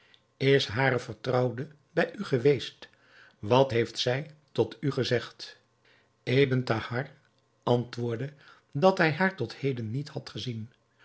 is hare vertrouwde bij u geweest wat heeft zij tot u gezegd ebn thahar antwoordde dat hij haar tot heden niet had gezien